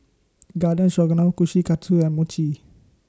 Garden Stroganoff Kushikatsu and Mochi